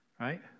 right